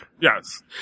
Yes